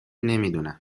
نمیدونم